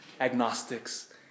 agnostics